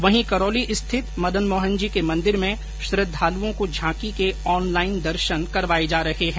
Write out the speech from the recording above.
वहीं करौली स्थित मदन मोहन जी के मंदिर में श्रद्वालुओं को झांकी के ऑनलाइन दर्शन करवाए जा रह रहे हैं